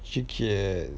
chee ken